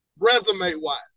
resume-wise